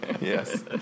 Yes